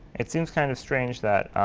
it seems kind of strange that